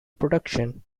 production